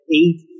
eight